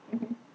mmhmm